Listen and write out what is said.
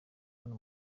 hano